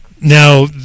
Now